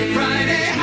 Friday